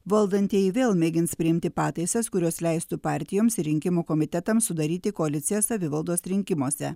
valdantieji vėl mėgins priimti pataisas kurios leistų partijoms ir rinkimų komitetams sudaryti koalicijas savivaldos rinkimuose